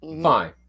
Fine